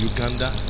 Uganda